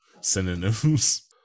synonyms